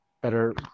better